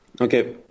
okay